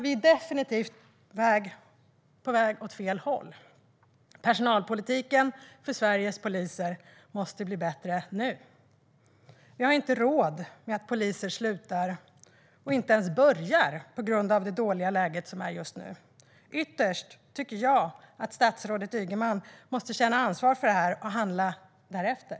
Vi är definitivt på väg åt fel håll. Personalpolitiken för Sveriges poliser måste bli bättre nu. Vi har inte råd med att poliser slutar eller inte ens börjar på grund av det dåliga läget. Ytterst borde statsrådet känna ansvar och handla därefter.